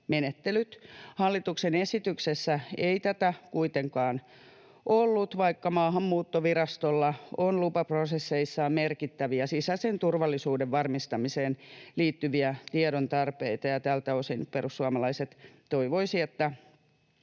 Hallituksen esityksessä ei tätä kuitenkaan ollut, vaikka Maahanmuuttovirastolla on lupaprosesseissaan merkittäviä sisäisen turvallisuuden varmistamiseen liittyviä tiedontarpeita, ja tältä osin perussuomalaiset toivoisivat, että